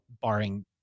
barring